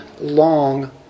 long